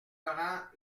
laurent